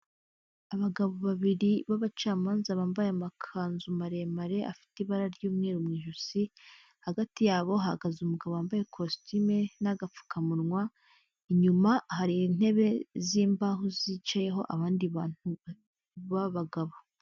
Abagabo babiri b'abacamanza bambaye amakanzu maremare, afite ibara ry'umweru mu ijosi, hagati yabo hahagaze umugabo wambaye kositime n'agapfukamunwa, inyuma hari intebe z'imbaho zicayeho abandi bantu b'abagabo.